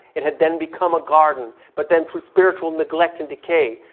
it had then become a garden. but then through spiritual neglect and decay,